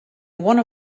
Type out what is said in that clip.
one